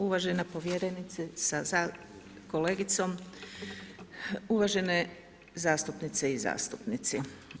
Uvažena povjerenice sa kolegicom, uvažene zastupnice i zastupnici.